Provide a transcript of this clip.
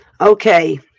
Okay